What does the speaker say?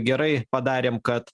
gerai padarėm kad